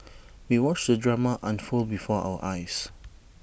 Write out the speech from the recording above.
we watched the drama unfold before our eyes